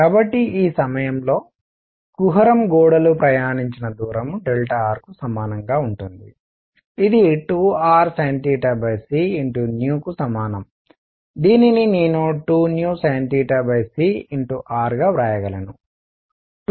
కాబట్టి ఈ సమయంలో కుహరం గోడలు ప్రయాణించిన దూరం r సమానంగా ఉంటుంది ఇది 2rsinc కు సమానం దీనిని నేను 2sincr గా వ్రాయగలను